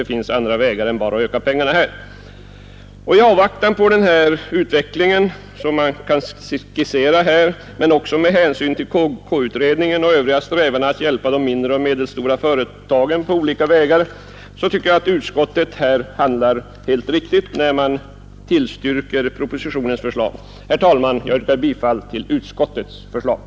Det finns andra vägar att gå än att ge mera pengar till SIFU. I avvaktan på den utveckling som skisserats och med hänsyn till kommerskollegieutredningen och övriga strävanden att på olika vägar hjälpa de mindre och medelstora företagen tycker jag att utskottet handlar helt riktigt när det tillstyrker propositionens förslag. Herr talman! Jag yrkar bifall till utskottets hemställan.